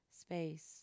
space